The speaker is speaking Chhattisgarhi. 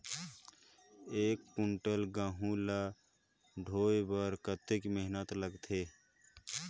एक कुंटल गहूं ला ढोए बर कतेक मेहनत लगथे?